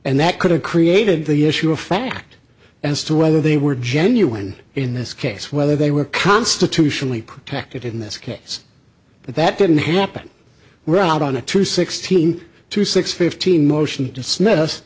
and that could have created the issue of fact as to whether they were genuine in this case whether they were constitutionally protected in this case but that didn't happen we're out on a true sixteen to six fifteen motion to dismiss